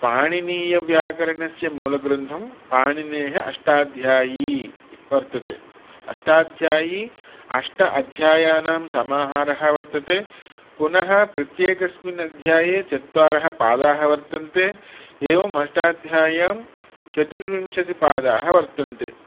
पाणिनीयव्यकरणस्य मूलग्रन्थं पाणिनेः अष्टाध्यायी वर्तते अष्टाध्यायी अष्ट अध्यायानां समाहारः वर्तते पुनः प्रत्येकेऽस्मिन् अध्याये चत्वारः पादाः वर्तन्ते एवम् अष्टाध्याय्यां चतुर्विंशतिपादाः वर्तन्ते